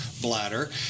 bladder